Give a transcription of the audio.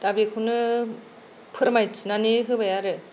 दा बेखौनो फोरमायथिनानै होबाय आरो